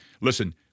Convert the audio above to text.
Listen